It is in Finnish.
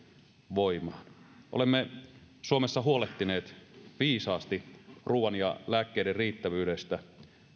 voimaan olemme suomessa huolehtineet viisaasti ruuan ja lääkkeiden riittävyydestä